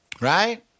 Right